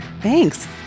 Thanks